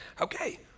Okay